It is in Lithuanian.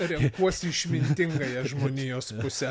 renkuosi išmintingąją žmonijos pusę